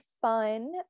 fun